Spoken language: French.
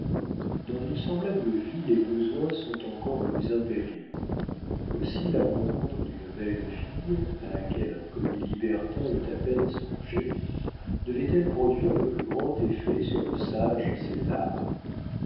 dans une semblable vie les besoins sont encore plus impérieux aussi la rencontre d'une belle fille à laquelle un commis libertin eût à peine songé devait-elle produire le plus grand effet sur le sage césar